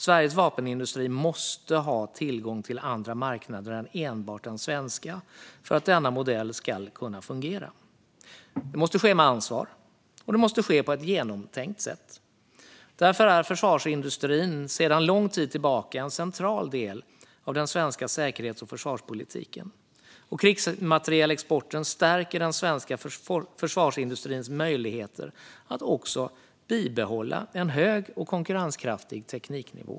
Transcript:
Sveriges vapenindustri måste ha tillgång till andra marknader än enbart den svenska för att denna modell ska fungera. Det måste ske med ansvar, och det måste ske på ett genomtänkt sätt. Därför är försvarsindustrin sedan lång tid tillbaka en central del av den svenska säkerhets och försvarspolitiken. Krigsmaterielexporten stärker den svenska försvarsindustrins möjligheter att också bibehålla en hög och konkurrenskraftig tekniknivå.